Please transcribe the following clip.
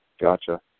gotcha